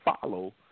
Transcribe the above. follow